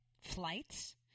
flights